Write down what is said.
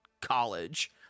college